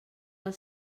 del